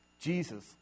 Jesus